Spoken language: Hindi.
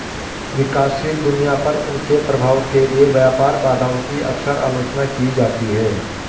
विकासशील दुनिया पर उनके प्रभाव के लिए व्यापार बाधाओं की अक्सर आलोचना की जाती है